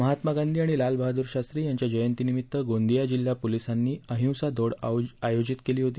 महात्मा गांधी आणि लाल बहादूर शास्त्री यांच्या जयंतीनिमित्त गोंदिया जिल्हा पोलीसांनी अहिंसा दौड आयोजित केली होती